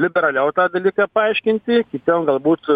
liberaliau tą dalyką paaiškinti kitiem galbūt